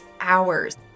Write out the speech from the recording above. hours